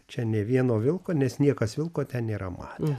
čia nė vieno vilko nes niekas vilko ten nėra matę